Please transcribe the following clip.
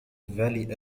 valley